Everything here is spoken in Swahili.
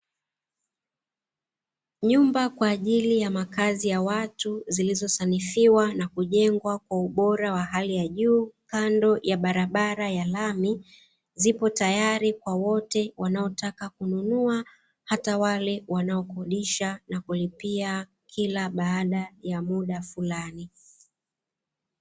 Nyumba kwa ajili ya makazi ya watu zilizosanifiwa na kujengwa kwa ubora wa hali ya juu kando ya barabara ya lami, zipo tayari kwa wote wanaotaka kununua hata wale wanaokodisha na kulipia kila baada ya muda fulani.